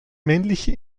männliche